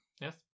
yes